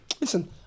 Listen